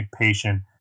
patient